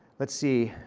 let's see.